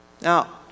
Now